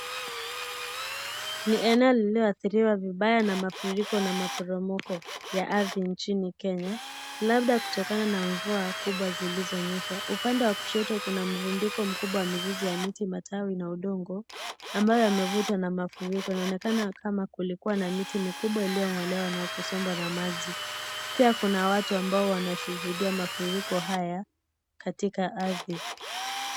Ni eneo lililoathiriwa vibaya na mafuriko na maporomoko ya ardhi nchini kenya labda kutokana na mvua kubwa zilizonyesha. Upande wa kushoto kuna mvundiko mkubwa wa mizizi ya miti, matawi na udongo ambayo yamevutwa na mafuriko. Inaonekana kama kulikuwa na miti mikubwa iliyongolewa na kusombwa na maji. Pia kuna watu ambao wanashuhudia mafuriko haya katika ardhi.